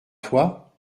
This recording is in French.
toi